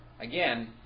again